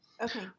Okay